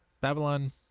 babylon